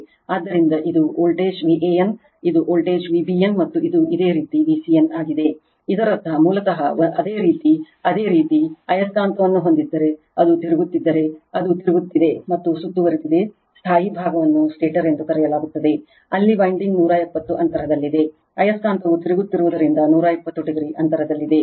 ಆದ್ದರಿಂದ ಇದು voltage Van ಇದು Vbn ಮತ್ತು ಇದು ಇದೇ ರೀತಿ Vcn ಆಗಿದೆ ಇದರರ್ಥ ಮೂಲತಃ ಅದೇ ರೀತಿ ಅದೇ ರೀತಿ ಆಯಸ್ಕಾಂತವನ್ನು ಹೊಂದಿದ್ದರೆ ಅದು ತಿರುಗುತ್ತಿದ್ದರೆ ಅದು ತಿರುಗುತ್ತಿದೆ ಮತ್ತು ಸುತ್ತುವರೆದಿದೆ ಸ್ಥಾಯೀ ಭಾಗವನ್ನು ಸ್ಟೇಟರ್ ಎಂದು ಕರೆಯಲಾಗುತ್ತದೆ ಅಲ್ಲಿ ವೈಂಡಿಂಗ್ 120o ಅಂತರದಲ್ಲಿದೆ ಆಯಸ್ಕಾಂತವು ತಿರುಗುತ್ತಿರುವುದರಿಂದ 120o ಅಂತರದಲ್ಲಿದೆ